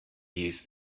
use